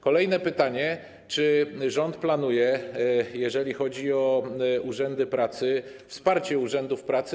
Kolejne pytanie: Czy rząd planuje, jeżeli chodzi o urzędy pracy, wsparcie urzędów pracy?